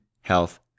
health